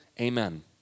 Amen